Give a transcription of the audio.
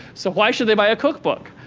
so why should they buy a cookbook?